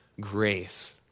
grace